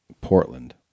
Portland